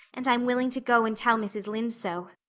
and i'm willing to go and tell mrs. lynde so.